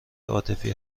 عاطفی